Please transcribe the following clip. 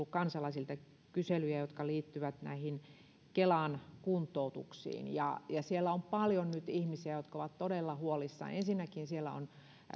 kansalaisilta kyselyjä jotka liittyvät näihin kelan kuntoutuksiin siellä on nyt paljon ihmisiä jotka ovat todella huolissaan ensinnäkin siellä on